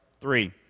Three